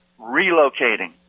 relocating